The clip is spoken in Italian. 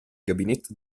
gabinetto